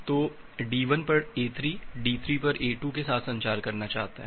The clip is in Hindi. तो D1 पर A3 D3 पर A2 के साथ संचार करना चाहता है